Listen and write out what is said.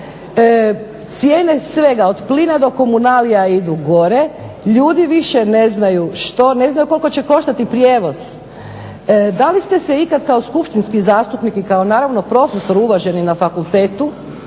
cijena svega od plina do komunalija idu gore, ljudi više ne znaju koliko će koštati prijevoz, da li ste se kao skupštinski zastupnik i kao profesor uvaženi na fakultetu